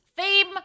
theme